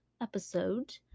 episode